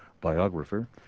biographer